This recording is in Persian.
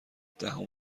دهم